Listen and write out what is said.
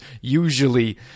usually